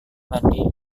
mandi